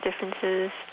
differences